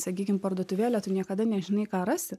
sakykim parduotuvėlę tu niekada nežinai ką rasi